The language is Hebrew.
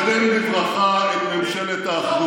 מקדם בברכה את ממשלת האחדות.